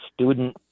student